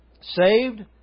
saved